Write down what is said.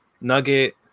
nugget